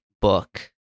book